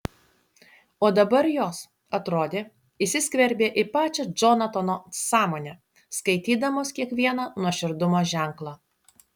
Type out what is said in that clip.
o dabar jos atrodė įsiskverbė į pačią džonatano sąmonę skaitydamos kiekvieną nuoširdumo ženklą